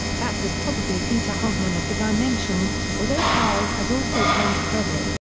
that was probably peter hogman of the dimensions, although powell has also claimed credit.